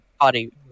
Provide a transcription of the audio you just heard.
party